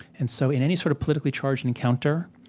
and so in any sort of politically charged encounter,